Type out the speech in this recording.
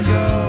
go